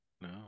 No